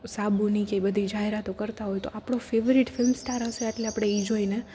સાબુની કે એ બધી જાહેરાતો કરતાં હોય તો આપણો ફેવરિટ ફિલ્મ સ્ટાર હસે એટલે આપણે ઈ જોઈને